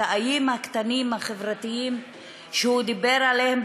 את האיים החברתיים הקטנים שהוא דיבר עליהם,